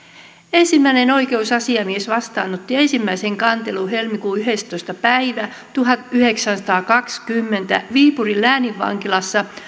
ensimmäinen oikeusasiamies vastaanotti ensimmäisen kantelun helmikuun yhdestoista päivä tuhatyhdeksänsataakaksikymmentä viipurin lääninvankilassa